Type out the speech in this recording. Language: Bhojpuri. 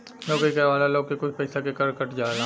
नौकरी करे वाला लोग के कुछ पइसा के कर कट जाला